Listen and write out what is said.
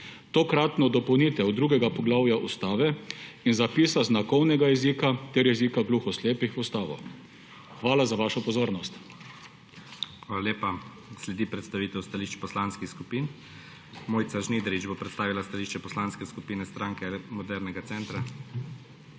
Tokratno dopolnitev drugega poglavja Ustave in zapisa znakovnega jezika ter jezika gluho slepih v Ustavo. Hvala za vašo pozornost. PREDSEDNIK IGOR ZORČIČ: Hvala lepa. Sledi predstavitev stališč poslanski skupin. Mojca Žnidarič bo predstavila stališče Poslanske skupine Stranke modernega centra.